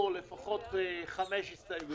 כשיזמינו נבוא.